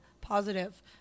positive